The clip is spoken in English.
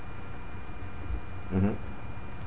mmhmm